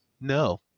No